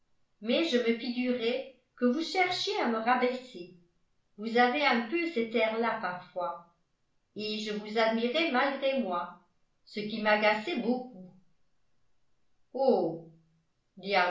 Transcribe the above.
mais je me figurais que vous cherchiez à me rabaisser vous avez un peu cet air-là parfois et je vous admirais malgré moi ce qui m'agaçait beaucoup oh